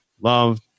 love